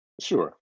sure